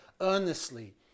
earnestly